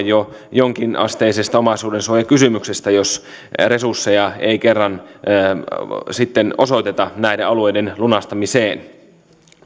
jo jonkinasteisesta omaisuudensuojakysymyksestä jos resursseja ei kerran osoiteta näiden alueiden lunastamiseen